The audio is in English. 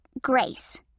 Grace